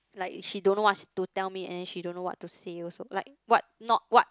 like she don't know what to tell me and then she don't know what to say also like what not what